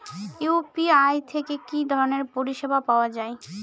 UPI থেকে কি ধরণের পরিষেবা পাওয়া য়ায়?